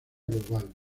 global